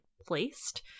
placed